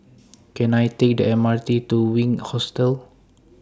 Can I Take The M R T to Wink Hostel